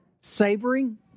savoring